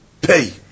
pay